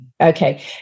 Okay